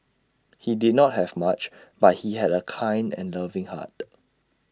he did not have much but he had A kind and loving heart